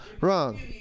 wrong